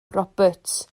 roberts